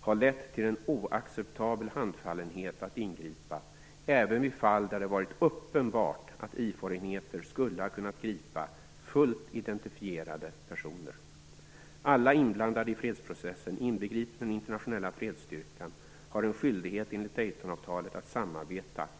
har lett till en oacceptabel handfallenhet att ingripa, även vid fall där det varit uppenbart att IFOR-enheter skulle ha kunnat gripa fullt identifierade personer. Alla inblandande i fredsprocessen, inbegripet den interntionella fredsstyrkan, har en skyldighet enligt Daytonavtalet att samarbeta om alla inslag i avtalet.